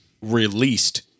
released